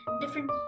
different